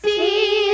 See